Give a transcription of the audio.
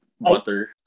Butter